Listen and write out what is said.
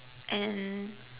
and